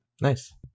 nice